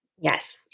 Yes